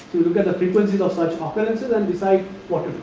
look at the frequencies of such occurrences and decide what